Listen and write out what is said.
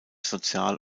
sozial